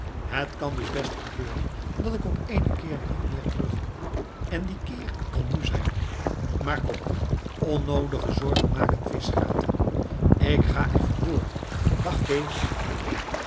het kan dus best gebeuren dat ik op eenen keer niet meer terugkom en die keer kan nu zijn maar kom onnoodige zorgen maken vischgraten ik ga er van door dag kees